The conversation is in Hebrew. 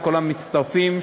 וכל המצטרפים,